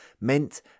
meant